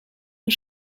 you